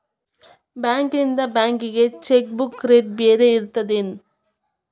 ಬಾಂಕ್ಯಿಂದ ಬ್ಯಾಂಕಿಗಿ cheque book rate ಬ್ಯಾರೆ ಇರ್ತದೇನ್